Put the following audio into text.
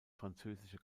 französische